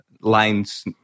lines